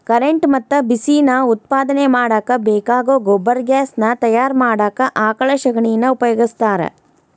current ಮತ್ತ ಬಿಸಿ ನಾ ಉತ್ಪಾದನೆ ಮಾಡಾಕ ಬೇಕಾಗೋ ಗೊಬರ್ಗ್ಯಾಸ್ ನಾ ತಯಾರ ಮಾಡಾಕ ಆಕಳ ಶಗಣಿನಾ ಉಪಯೋಗಸ್ತಾರ